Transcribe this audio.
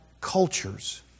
Cultures